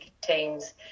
teams